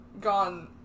gone